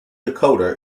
dakota